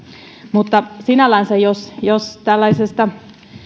mutta sinällänsä jos jos tällaisesta